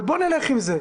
אבל בואו נלך עם זה.